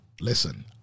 listen